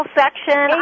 section